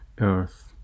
earth